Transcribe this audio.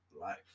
life